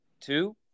two